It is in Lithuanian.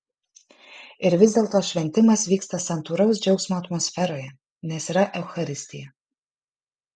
ir vis dėlto šventimas vyksta santūraus džiaugsmo atmosferoje nes yra eucharistija